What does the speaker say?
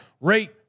rate